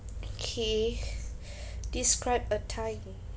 kay describe a time